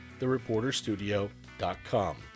thereporterstudio.com